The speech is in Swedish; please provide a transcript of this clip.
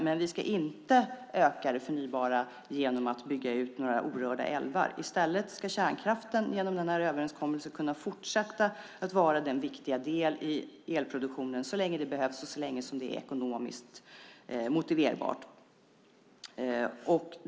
Men vi ska inte öka det förnybara genom att bygga ut några orörda älvar. I stället ska kärnkraften med hjälp av den här överenskommelsen fortsätta att vara denna viktiga del i elproduktionen så länge det behövs och så länge som det ekonomiskt går att motivera.